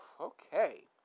Okay